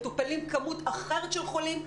מטופלים כמות אחרת של חולים.